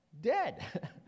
dead